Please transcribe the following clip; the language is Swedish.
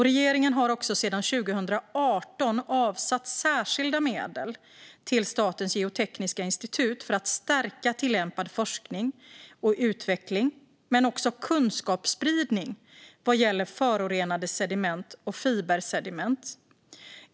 Regeringen har sedan 2018 också avsatt särskilda medel till Statens geotekniska institut för att stärka tillämpad forskning och utveckling samt kunskapsspridning vad gäller förorenade sediment och fibersediment.